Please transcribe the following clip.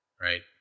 Right